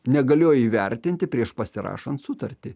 negalėjo įvertinti prieš pasirašant sutartį